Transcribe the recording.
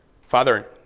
Father